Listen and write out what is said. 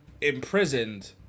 imprisoned